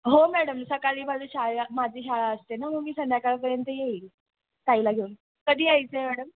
हो मॅडम सकाळी माझी शाळे माझी शाळा असते ना मग मी संध्याकाळपर्यंत येईल ताईला घेऊन कधी यायचं आहे मॅडम